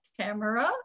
Camera